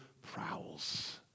prowls